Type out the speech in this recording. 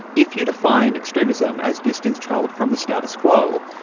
if you define extremism as distance traveled from the status quo,